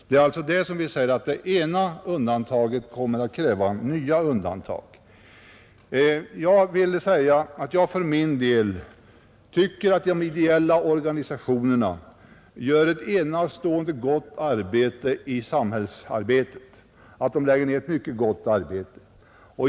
Det är därför vi säger att det ena undantaget kommer att föda det andra. De ideella organisationerna lägger ned ett enastående gott arbete i samhället.